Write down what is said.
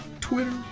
Twitter